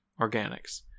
organics